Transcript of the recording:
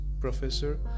Professor